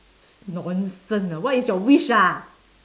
nonsense ah what is your wish ah